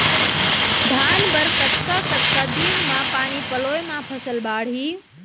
धान बर कतका कतका दिन म पानी पलोय म फसल बाड़ही?